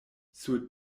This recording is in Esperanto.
sur